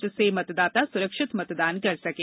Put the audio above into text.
जिससे मतदाता सुरक्षित मतदान कर सकें